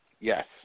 Yes